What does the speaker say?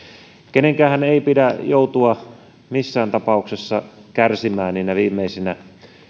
kenenkään ei pidä joutua missään tapauksessa kärsimään niinä viimeisinä